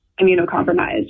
Immunocompromised